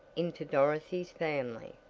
into dorothy's family.